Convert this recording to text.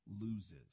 loses